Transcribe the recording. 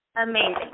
Amazing